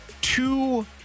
two